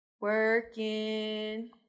working